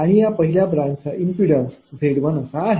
आणि या पहिल्या ब्रांचचा इम्पिडन्स Z1असा आहे